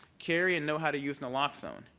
carry and know how to use naloxone,